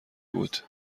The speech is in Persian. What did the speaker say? بود